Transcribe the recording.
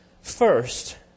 First